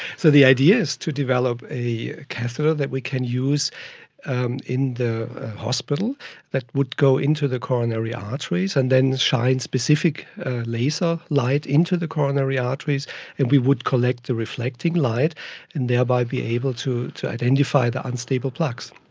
so the idea is to develop a catheter that we can use and in the hospital that would go into the coronary arteries and then shine specific laser light into the coronary arteries and we would collect the reflecting light and thereby be able to to identify the unstable plaques.